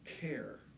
care